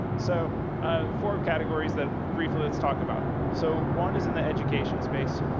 so ah four categories that briefly let's talk about. so one is in the education space.